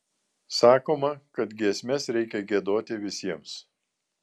sakoma kad giesmes reikia giedoti visiems